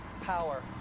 power